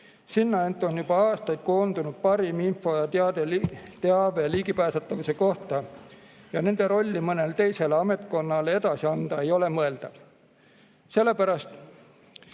sinna on juba aastaid koondunud parim info ja teave ligipääsetavuse kohta ja nende rolli mõnele teisele ametkonnale edasi anda ei ole mõeldav.